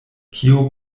kio